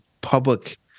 public